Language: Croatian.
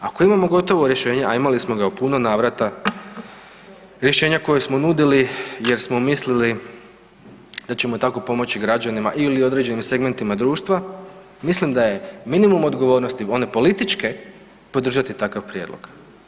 Ako imamo gotovo rješenje, a imali smo ga u puno navrata, rješenja koja smo nudili jer smo mislili da ćemo tako pomoći građanima ili određenim segmentima društva, mislim da je minimum odgovornosti one političke podržati takav prijedlog.